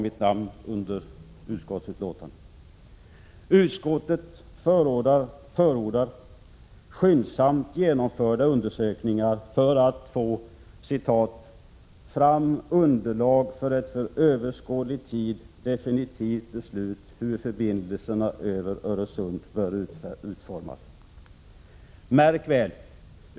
Mitt namn står under utskottsbetänkandet, där utskottet förordar skyndsamt genomförda undersökningar för att få ”fram underlag för ett för överskådlig tid definitivt beslut hur förbindelserna över Öresund bör utformas”. Märk väl!